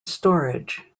storage